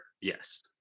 Yes